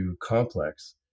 complex